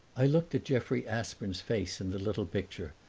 i looked at jeffrey aspern's face in the little picture,